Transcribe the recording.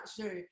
sure